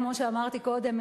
כמו שאמרתי קודם,